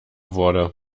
wurde